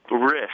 risk